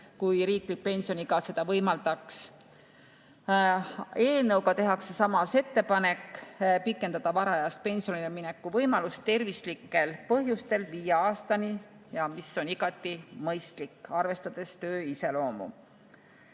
riiklik pensioniiga. Eelnõuga tehakse samas ettepanek pikendada varajast pensionile mineku võimalust tervislikel põhjustel viie aastani. See on igati mõistlik, arvestades töö iseloomu.